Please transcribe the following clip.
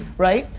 right,